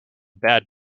bad